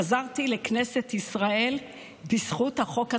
חזרתי לכנסת ישראל בזכות החוק הנורבגי.